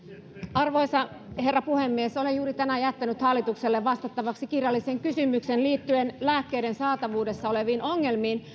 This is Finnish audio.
arvoisa herra puhemies olen juuri tänään jättänyt hallitukselle vastattavaksi kirjallisen kysymyksen liittyen lääkkeiden saatavuudessa oleviin ongelmiin